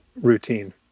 routine